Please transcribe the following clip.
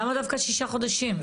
למה דווקא שישה חודשים?